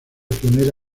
pionera